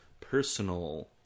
personal